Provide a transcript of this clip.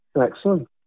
Excellent